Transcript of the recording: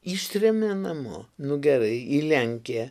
ištrėmė namo nu gerai į lenkiją